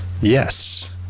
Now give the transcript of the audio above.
Yes